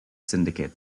syndicate